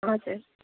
हजुर